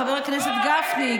חבר הכנסת גפני.